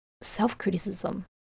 self-criticism